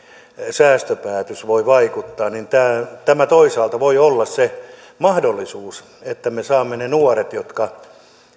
säästöpäätös voi vaikuttaa tämä toisaalta voi olla se mahdollisuus että me saamme ne nuoret ammattiin jotka